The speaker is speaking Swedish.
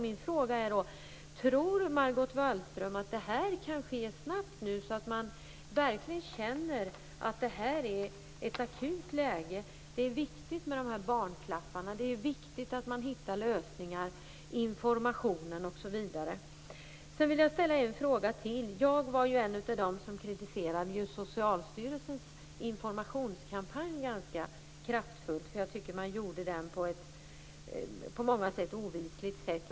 Min fråga är: Tror Margot Wallström att det här kan ske snabbt nu, så att man verkligen känner att det här är ett akut läge? Det är viktigt med de här barnklaffarna. Det är viktigt att man hittar lösningar. Det är viktigt med informationen osv. Sedan vill jag ställa en fråga till. Jag var ju en av dem som kritiserade Socialstyrelsens informationskampanj ganska kraftfullt. Jag tycker att man genomförde den på ett på många sätt ovisligt sätt.